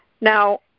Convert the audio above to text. Now